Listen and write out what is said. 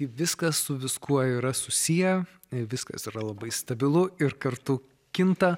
viskas su viskuo yra susiję viskas yra labai stabilu ir kartu kinta